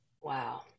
Wow